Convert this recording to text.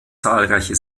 zahlreiche